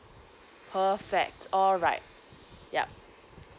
perfect alright yup